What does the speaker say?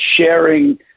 sharing